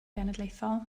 genedlaethol